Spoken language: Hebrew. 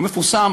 הוא מפורסם,